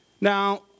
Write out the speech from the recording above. Now